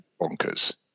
bonkers